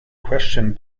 questioned